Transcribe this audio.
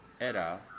era